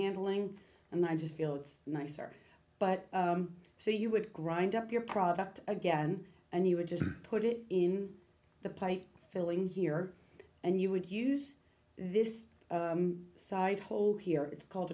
handling and i just feel it's nicer but so you would grind up your product again and he would just put it in the plate filling here and you would use this site hole here it's called